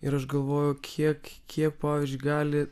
ir aš galvoju kiek kiek pavyzdžiui gali